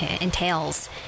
entails